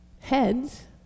heads